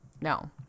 No